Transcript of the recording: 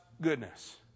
goodness